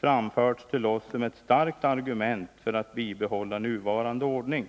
framförts till oss som ett starkt argument för att bibehålla nuvarande ordning.